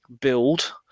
build